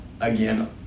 again